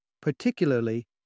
particularly